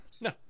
No